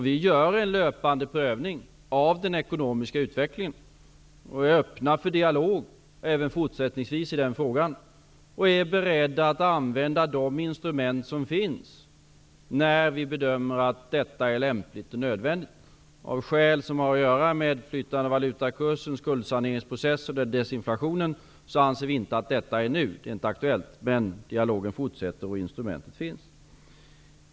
Vi gör en löpande prövning av den ekonomiska utvecklingen och är även fortsättningsvis öppna för dialog i den frågan. Vi är beredda att använda de instrument som finns, när vi bedömer att det är lämpligt och nödvändigt. Av skäl som har att göra med flytande valutakurs, skuldsaneringsprocess och desinflation anser vi inte att detta är aktuellt nu. Men dialogen fortsätter och instrumentet finns.